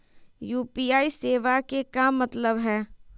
UPI सेवा के का मतलब है?